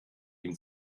ihm